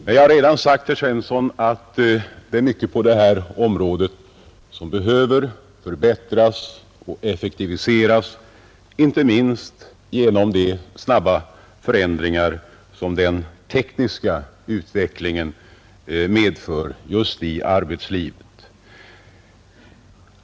Men jag har redan sagt herr Svensson i Malmö att det är mycket på detta område som behöver förbättras och effektiviseras, inte minst på grund av de snabba förändringar som den tekniska utvecklingen medför just i arbetslivet.